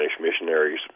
missionaries